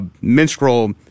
menstrual